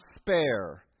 spare